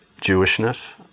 Jewishness